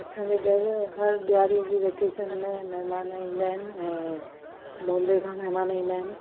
असांजा घरु हर ॾियारीअ जे वेकेशन में महिमान ईंदा आहिनि ऐं बॉम्बे खां महिमान ईंदा आहिनि